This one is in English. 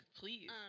please